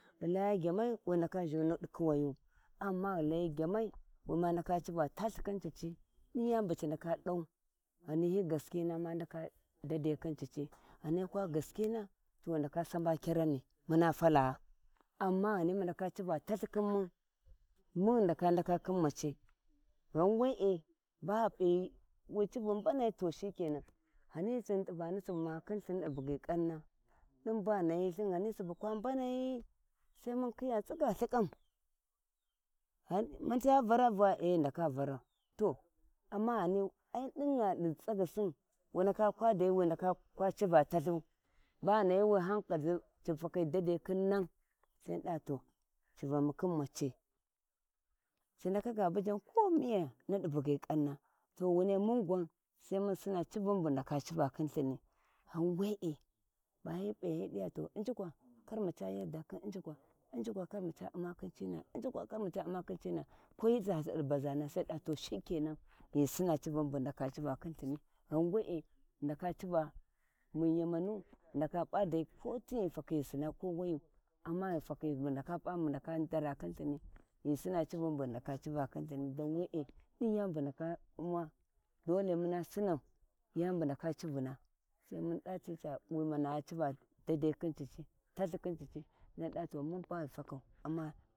Ghu Laya gyanai wi ndaka zhuni di kuwayu amma ghi layi gyanai wi ma ndaka civa talh khi cicci dai yani bu ci ndaka dau gani hi gaskina ma ndaka daddai khin cicci ghani kwa gaskina to muma saɓa kyanni muna falla amma ghani mu ndaka tava talh mun muna ghi ndaka ndaka khin maci ghan we’e baghu P’i wu civun mbanai to shikenau ghani lhin t’wani subu makhin lthin di bughi ƙanna di baghi nahi lthi ghani ba sukwa mbanai sai mun ƙhiya tsiga ihiƙan mata vara vuwa ee ghi ndaka Varau amma ai dingha di tsagyisin wu ndaka kwadai wi ndaka kwa civa falhu baghi nahi hankalisin fakhi daddai khin van sai mun dava to civanu kwin maci ci ndaka ga bijan komiya nidi bugyi ƙauna to wunai mun gwan sai mun sinna civun bu ghi ndaka civan khi lhini ghan wee bahi P’hin hi diva injikwa injikwa kar maca gardo khin injikwa injika kar maza sama khin injikwaka maca uma khin cina ko to sai mun dava to shikenan ghi Sinna civun bu ghi ndaka civa khin ilhini ghan wee ghin ndaka civa khin lhini ghau wee ghin ndaka cira mun ghi ndaka pu elai yamamu ko tinghi takhi ghi sina kowayu ghi ghu tashi ghi ndaka P’a bu ghi rubaka ndara khin lhimi ghi Sina civun bu ghi naka civa khin lthimi dan wee din yabu ghi ndaka dole umau sinau yani bu ndaka civuna sai muna da ti wu muma civa daddai khin cicci talh khin cicci to muna ghi taku.